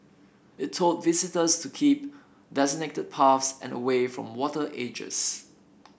it told visitors to keep designated paths and away from water edges